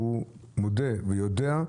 מודה ויודע,